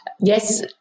yes